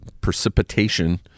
precipitation